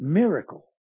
miracle